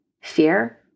Fear